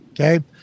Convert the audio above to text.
Okay